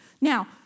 Now